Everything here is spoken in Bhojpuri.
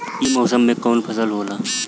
ई मौसम में कवन फसल होला?